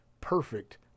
perfect